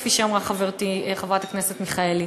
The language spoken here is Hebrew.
כפי שאמרה חברתי חברת הכנסת מיכאלי,